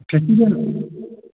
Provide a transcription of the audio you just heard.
festival